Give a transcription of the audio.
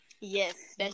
yes